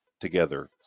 together